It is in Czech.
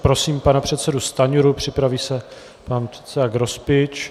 Prosím pana předsedu Stanjuru, připraví se pan předseda Grospič.